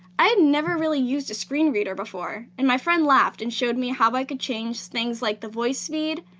i had never really used a screen reader before. and my friend laughed and showed me how i could change things like the voice speed,